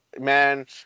man